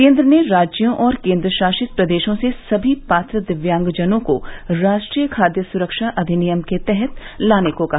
केंद्र ने राज्यों और केंद्रशासित प्रदेशों से सभी पात्र दिव्यांगजनों को राष्ट्रीय खाद्य सुरक्षा अधिनियम के तहत लाने को कहा